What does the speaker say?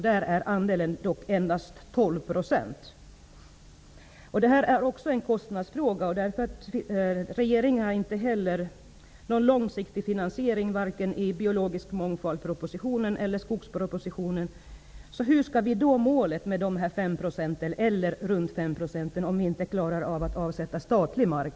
Där är andelen dock endast Detta är också en kostnadsfråga. Regeringen har inte heller någon långsiktig finansiering, vare sig i propositionen om biologisk mångfald eller i skogspropositionen. Hur skall då målet ca 5 % kunna uppnås, om vi inte klarar att avsätta statlig mark?